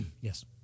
Yes